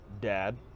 Dad